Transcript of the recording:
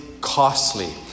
costly